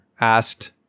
asked